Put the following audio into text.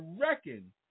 reckon